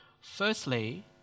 Firstly